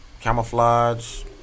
camouflage